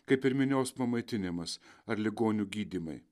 kaip ir minios pamaitinimas ar ligonių gydymai